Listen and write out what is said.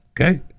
okay